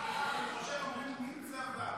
מירב, אני חושב שאומרים ניצבה.